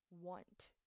want